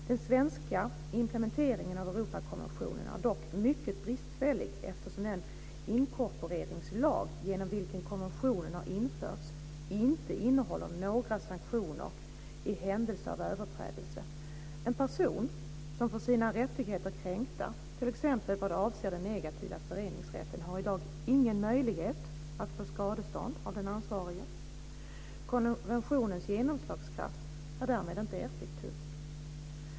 Den svenska implementeringen av Europakonventionen är dock mycket bristfällig, eftersom den inkorporeringslag genom vilken konventionen har införts inte innehåller några sanktioner i händelse av överträdelse. En person som får sina rättigheter kränkta, t.ex. vad avser den negativa föreningsrätten, har i dag ingen möjlighet att få skadestånd av den ansvarige. Konventionens genomslagskraft är därmed inte effektiv.